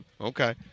Okay